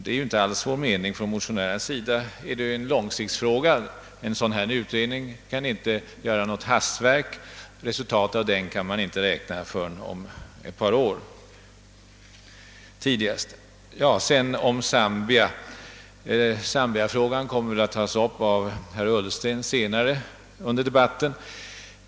Det är ju inte alls vår mening — motionärerna ser tvärtom frågan på lång sikt. En utredning av detta slag skall inte bli något hastverk; resultatet skulle inte vara att vänta förrän tidigast om ett par år. Zambiafrågan kommer väl att tas upp av herr Ullsten senare under debatten.